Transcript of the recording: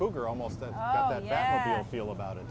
cougar almost that feel about it